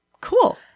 Cool